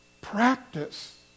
Practice